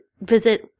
visit